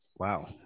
Wow